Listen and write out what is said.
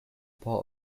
part